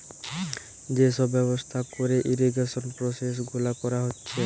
যে সব ব্যবস্থা কোরে ইরিগেশন প্রসেস গুলা কোরা হচ্ছে